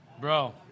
Bro